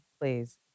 please